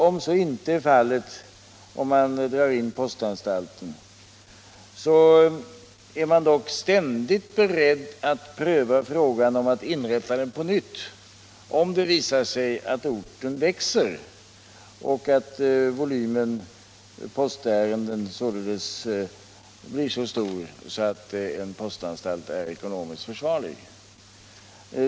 Om så inte är fallet, och man drar in postanstalten, så är man dock ständigt beredd att pröva frågan om att inrätta anstalten på nytt om det visar sig att orten växer och volymen postärenden följaktligen blir så stor att en postanstalt är ekonomiskt försvarlig.